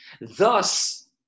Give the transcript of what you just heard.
Thus